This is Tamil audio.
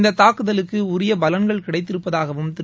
இந்தத் தாக்குதலுக்கு உரிய பலன்கள் கிடைத்திருப்பதாகவும் திரு